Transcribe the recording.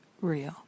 real